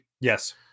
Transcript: Yes